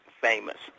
famous